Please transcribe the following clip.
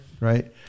right